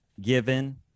given